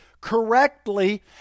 correctly